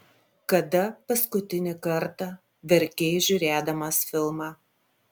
kada paskutinį kartą verkei žiūrėdamas filmą